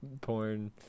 porn